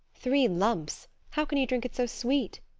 three lumps! how can you drink it so sweet?